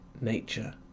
nature